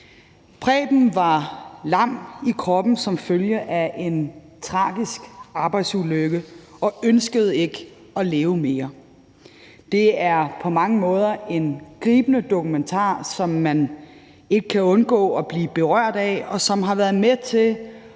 Preben var lam i kroppen som følge af en tragisk arbejdsulykke og ønskede ikke at leve mere. Det er på mange måder en gribende dokumentar, som man ikke kan undgå at blive berørt af, og som har været med til